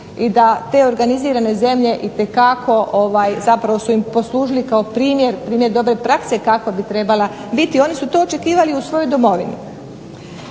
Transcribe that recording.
i da te organizirane zemlje itekako su im poslužile kao primjer dobre prakse kako bi trebala biti. Oni su to očekivali u svojoj domovini.